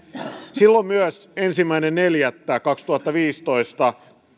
silloin myös ensimmäinen neljättä kaksituhattaviisitoista